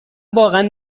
واقعا